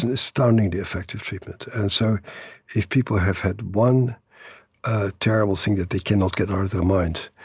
an outstandingly effective treatment and so if people have had one ah terrible thing that they cannot get out of their minds,